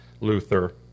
Luther